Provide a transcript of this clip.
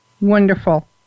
Wonderful